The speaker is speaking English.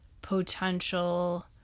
potential